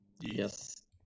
Yes